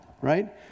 right